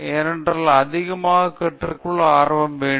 ஏனென்றால் அதிகமாகக் கற்றுக்கொள்ள ஆர்வம் வேண்டும்